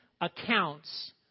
accounts